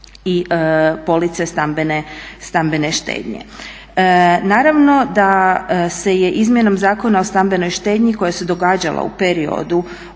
i police stambene štednje. Naravno da se je izmjenom Zakona o stambenoj štednji koja se događala u periodu